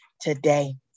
today